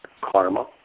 karma